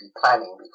planning